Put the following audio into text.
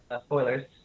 spoilers